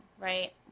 right